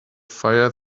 fire